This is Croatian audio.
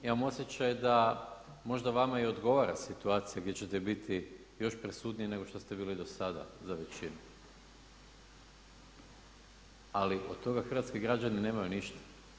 Imam osjećam da možda vama i odgovara situacija gdje ćete biti još prisutniji nego što ste bili do sada za većinu, ali o toga hrvatski građani nemaju ništa.